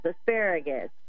asparagus